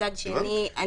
מצד שני,